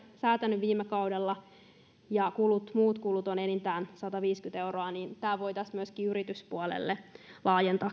säätänyt viime kaudella ja muut kulut ovat enintään sataviisikymmentä euroa voitaisiin myöskin yrityspuolelle laajentaa